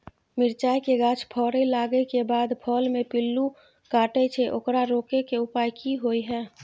मिरचाय के गाछ फरय लागे के बाद फल में पिल्लू काटे छै ओकरा रोके के उपाय कि होय है?